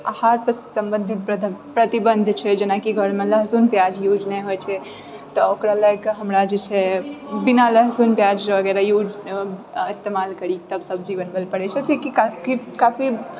heart सम्बन्धित प्रतिबन्ध छै जेनाकि घरमे लहसुन प्याज यूज नहि होइत छै तऽ ओकरा लएके हमरा जे छै बिना लहसुन प्याज यूज इस्तेमाल करी तब सब्जी बनबए पड़ैत छै जेकि काफी